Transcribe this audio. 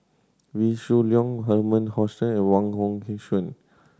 Wee Shoo Leong Herman Hochstadt and Wong Hong Suen